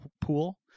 pool